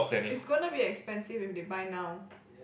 it's gonna be expensive if they buy now